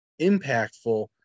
impactful